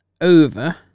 over